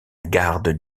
garde